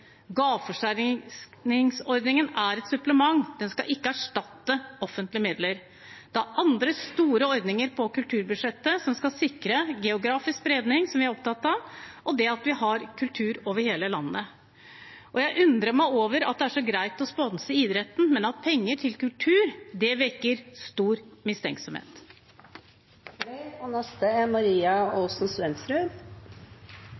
er et supplement, den skal ikke erstatte offentlige midler. Det er andre store ordninger på kulturbudsjettet som skal sikre geografisk spredning, som vi er opptatt av, og det at vi har kultur over hele landet. Jeg undrer meg over at det er så greit å sponse idretten, mens penger til kultur vekker stor mistenksomhet.